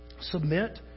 submit